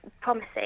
promising